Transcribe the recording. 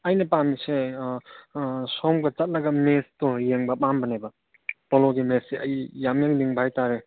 ꯑꯩꯅ ꯄꯥꯝꯃꯤꯁꯦ ꯁꯣꯝꯒ ꯆꯠꯂꯒ ꯃꯦꯠꯁꯇꯣ ꯌꯦꯡꯕ ꯄꯥꯝꯕꯅꯦꯕ ꯄꯣꯂꯣꯒꯤ ꯃꯦꯠꯁꯁꯦ ꯑꯩ ꯌꯥꯝꯅ ꯌꯦꯡꯅꯤꯡꯕ ꯍꯥꯏꯇꯥꯔꯦ